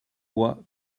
voit